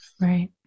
Right